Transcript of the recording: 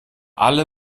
alle